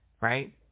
right